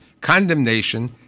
condemnation